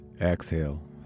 exhale